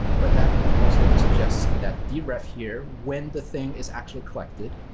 but that also suggests that deref here, when the thing is actually collected,